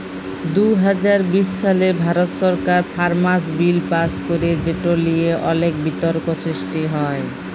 দু হাজার বিশ সালে ভারত সরকার ফার্মার্স বিল পাস্ ক্যরে যেট লিয়ে অলেক বিতর্ক সৃষ্টি হ্যয়